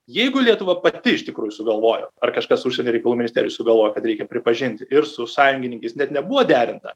jeigu lietuva pati iš tikrųjų sugalvojo ar kažkas užsienio reikalų ministerijoj sugalvojo kad reikia pripažinti ir su sąjungininkais net nebuvo derinta